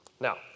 Now